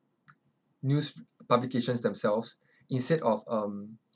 news publications themselves instead of um